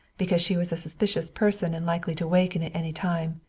because she was a suspicious person and likely to waken at any time.